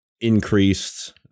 increased